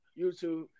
YouTube